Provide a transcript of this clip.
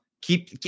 keep